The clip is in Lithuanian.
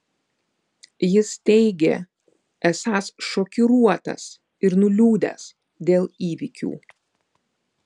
jis teigė esąs šokiruotas ir nuliūdęs dėl įvykių